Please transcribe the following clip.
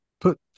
put